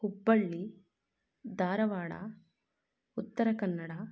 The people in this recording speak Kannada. ಹುಬ್ಬಳ್ಳಿ ಧಾರವಾಡ ಉತ್ತರ ಕನ್ನಡ